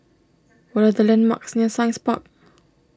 what are the landmarks near Science Park